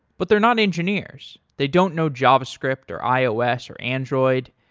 but they're not engineers. they don't know javascript or ios or android,